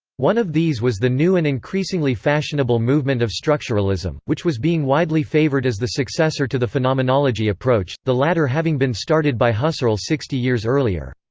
one of these was the new and increasingly fashionable movement of structuralism, which was being widely favoured as the successor to the phenomenology approach, the latter having been started by husserl sixty years earlier.